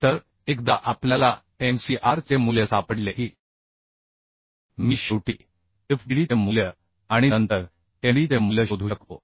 तर एकदा आपल्याला mcr चे मूल्य सापडले की मी शेवटी FBD चे मूल्य आणि नंतर MD चे मूल्य शोधू शकतो